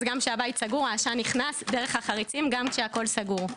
אז גם כאשר הבית סגור העשן נכנס דרך החריצים גם כשהכול סגור.